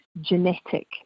genetic